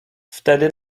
wtedy